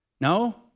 No